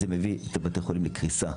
זה מביא את בתי החולים לקריסה.